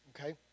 Okay